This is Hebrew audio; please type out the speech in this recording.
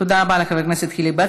תודה רבה לחבר הכנסת חיליק בר.